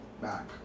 back